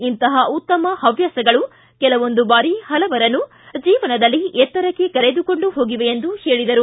ಇಂತಹ ಉತ್ತಮ ಹವ್ಯಾಸಗಳು ಕೆಲವೊಂದು ಬಾರಿ ಹಲವರನ್ನು ಜೀವನದಲ್ಲಿ ಎತ್ತರಕ್ಕೆ ಕರೆದುಕೊಂಡು ಹೋಗಿವೆ ಎಂದು ಹೇಳಿದರು